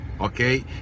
okay